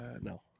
No